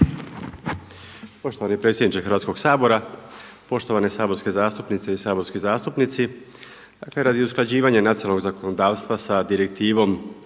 Poštovani predsjedniče Hrvatskog sabora, poštovane saborske zastupnice i saborski zastupnici. Dakle, radi usklađivanja nacionalnog zakonodavstva sa Direktivom